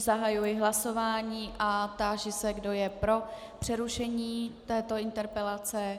Zahajuji hlasování a táži se, kdo je pro přerušení této interpelace.